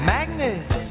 Magnet